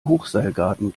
hochseilgarten